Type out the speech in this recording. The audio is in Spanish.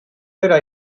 era